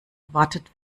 erwartet